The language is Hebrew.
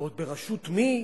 ועוד בראשות מי?